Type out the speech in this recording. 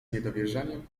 niedowierzaniem